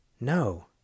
No